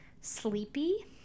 sleepy